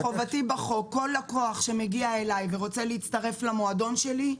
כל לקוח שמגיע אליי ורוצה להצטרף למועדון שלי,